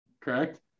correct